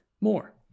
more